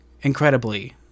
incredibly